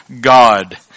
God